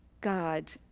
God